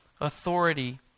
Authority